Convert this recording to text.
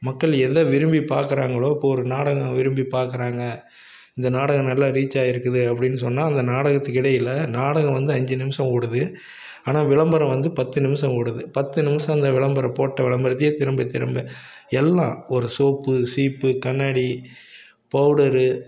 மக்கள் எதை விரும்பி பார்க்குறாங்களோ இப்போ ஒரு நாடகம் விரும்பி பார்க்குறாங்க இந்த நாடகம் நல்லா ரீச் ஆகிருக்குது அப்படின்னு சொன்னால் அந்த நாடகத்துக்கு இடையில் நாடகம் வந்து அஞ்சு நிமிடம் ஓடுது ஆனால் விளம்பரம் வந்து பத்து நிமிடம் ஓடுது பத்து நிமிடம் அந்த விளம்பரம் போட்ட விளம்பரத்தையே திரும்ப திரும்ப எல்லாம் ஒரு சோப்பு சீப்பு கண்ணாடி பவுடர்